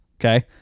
Okay